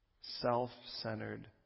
self-centered